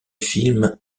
film